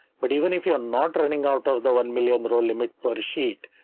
but even if you're not running out of the one million row limit per sheet,